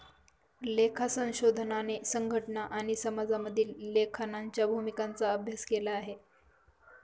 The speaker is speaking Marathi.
लेखा संशोधनाने संघटना आणि समाजामधील लेखांकनाच्या भूमिकांचा अभ्यास केला आहे